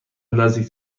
نزدیک